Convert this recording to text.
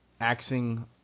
axing